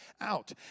out